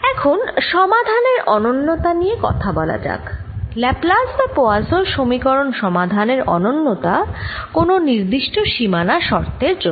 এখন সমাধানের অনন্যতা নিয়ে কথা বলা যাক ল্যাপ্লাস বা পোয়াসোঁ সমীকরণ সমাধানের অনন্যতা কোন নির্দিষ্ট সীমানা শর্তের জন্য